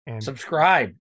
Subscribe